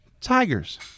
Tigers